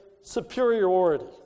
superiority